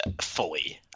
fully